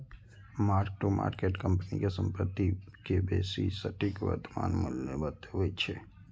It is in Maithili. मार्क टू मार्केट कंपनी के संपत्ति के बेसी सटीक वर्तमान मूल्य बतबै छै